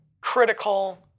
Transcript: critical